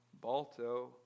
Balto